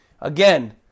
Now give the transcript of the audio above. Again